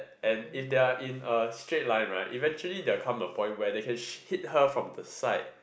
and if they are in a straight line right eventually there will come a point where they can hit her from the side